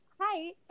hi